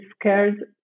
scared